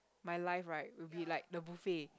my life right would be like the buffet